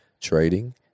trading